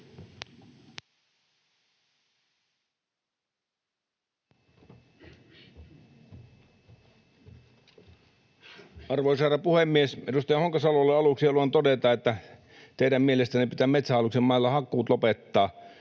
Arvoisa herra puhemies! Edustaja Honkasalolle aluksi haluan todeta, että kun teidän mielestänne pitää Metsähallituksen mailla hakkuut lopettaa,